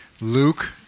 Luke